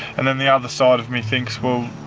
and then the other side of me thinks, well,